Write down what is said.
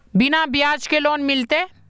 बिना ब्याज के लोन मिलते?